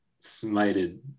smited